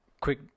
quick